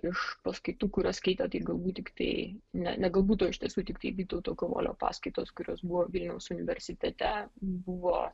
iš paskaitų kurias skaitė tai gal tiktai ne ne galbūt o iš tiesų tiktai vytauto kavolio paskaitos kurios buvo vilniaus universitete buvo